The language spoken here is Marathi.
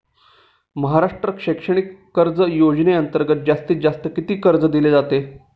महाराष्ट्र शैक्षणिक कर्ज योजनेअंतर्गत जास्तीत जास्त किती कर्ज दिले जाते?